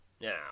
Now